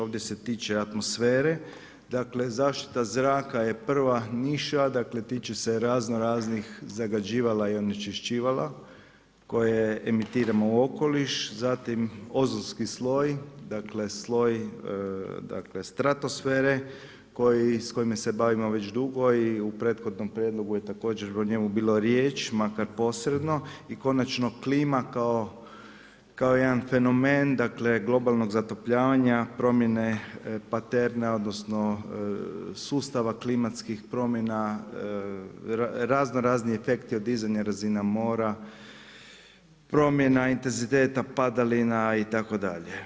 Ovdje se tiče atmosfere, dakle, zašita zraka je prva niša, tiče se razno raznih zagađivala i onečišćivala koje emitiramo u okoliš, zatim ozonski sloj, sloj stratosfere, s kojima se bavimo već drugo i u prethodnom prijedlogu je također o njemu bila riječ, makar posredno, i konačno kalima kao jedan fenomen, globalnog zatopljivanja, promjene … odnosno sustavna klimatskih promjena, razno razni efekti odizanja razina mora, promjena intenziteta padalina itd.